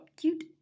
cute